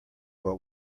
what